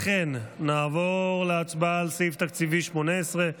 לכן נעבור להצביע על סעיף תקציבי 18,